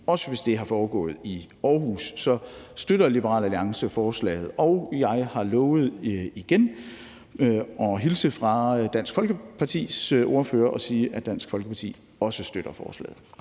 og det er foregået i Aarhus, støtter Liberal Alliance forslaget. Jeg har lovet igen at hilse fra Dansk Folkepartis ordfører og sige, at Dansk Folkeparti også støtter forslaget.